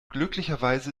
glücklicherweise